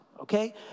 okay